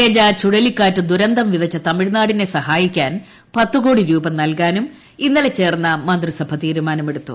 ഗജ ചുഴലിക്കാറ്റ് ദുര്ന്തം വിതച്ച തമിഴ്നാടിനെ സഹായിക്കാൻ പത്ത് കോട്ടി രൂപ്പ് നൽകാനും ഇന്നലെ ചേർന്ന മന്ത്രിസഭ തീരുമാനമെടുത്തു